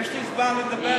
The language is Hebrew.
יש לי זמן לדבר,